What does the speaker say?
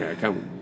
come